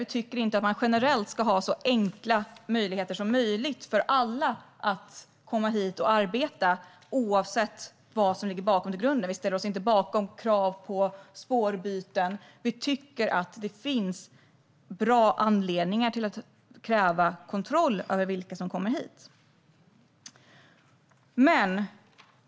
Vi tycker inte att det generellt ska vara så enkelt som möjligt för alla att komma hit och arbeta, oavsett vad som ligger bakom i grunden. Vi ställer oss inte bakom krav på spårbyten. Vi tycker att det finns bra anledningar till att kräva kontroll över vilka som kommer hit.